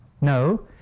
No